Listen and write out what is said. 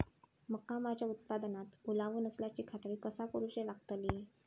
मका माझ्या उत्पादनात ओलावो नसल्याची खात्री कसा करुची लागतली?